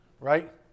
right